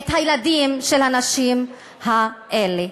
הילדים של הנשים האלה.